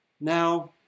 Now